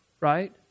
right